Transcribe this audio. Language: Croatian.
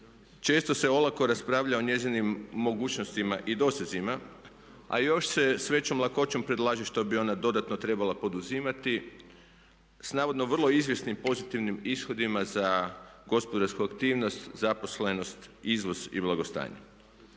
često se olako raspravlja o njezinim mogućnostima i dosezima, a još se s većom lakoćom predlaže što bi ona dodatno trebala poduzimati s navodno vrlo izvjesnim pozitivnim ishodima za gospodarsku aktivnost, zaposlenost, izvoz i blagostanje.